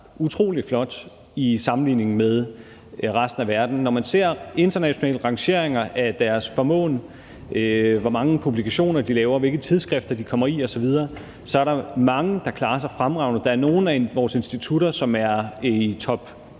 utrolig flot i sammenligning med resten af verden. Når man ser internationale rangeringer af deres formåen, hvor mange publikationer de laver, hvilke tidsskrifter de kommer i osv., er der mange, der klarer sig fremragende. Der er nogle af vores institutter, som er i top